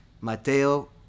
Mateo